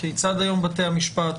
כיצד היום בתי המשפט